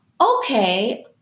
okay